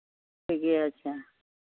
ठीके छै